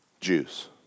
Jews